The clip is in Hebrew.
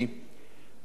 מרינה סולודקין,